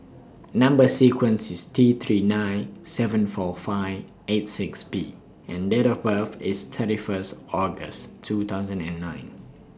Number sequence IS T three nine seven four five eight six B and Date of birth IS thirty First August two thousand and nine